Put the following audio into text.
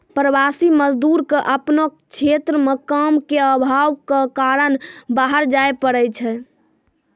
प्रवासी मजदूर क आपनो क्षेत्र म काम के आभाव कॅ कारन बाहर जाय पड़ै छै